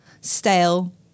stale